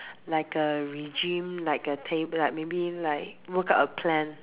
like a regime like a table like maybe like work out a plan